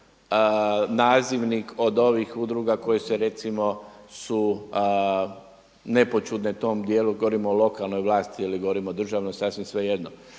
nazivnik od ovih udruga koje se recimo su … tom dijelu, govorim o lokalnoj vlasti ili govorimo o državnoj sasvim svejedno.